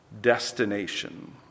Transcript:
Destination